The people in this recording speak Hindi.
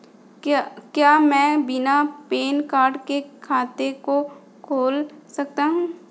क्या मैं बिना पैन कार्ड के खाते को खोल सकता हूँ?